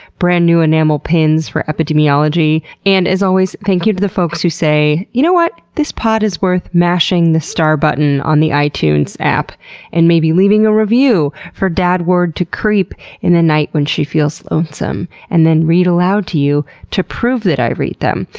brand new enamel pins for epidemiology. and as always, thank you to the folks who say, you know what this pod is worth mashing the star button on itunes app and maybe leaving a review for dad ward to creep in the night when she feels lonesome, and then read aloud to you to prove that i read them.